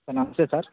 sir నమస్తే sir